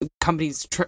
companies